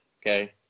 Okay